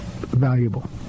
valuable